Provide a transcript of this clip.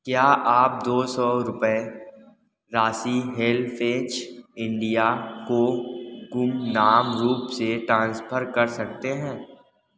क्या आप दो सौ रुपये राशि हेल्पऐज इंडिया को गुमनाम रूप से ट्रांसफ़र कर सकते हैं